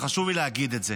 וחשוב לי להגיד את זה.